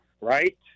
right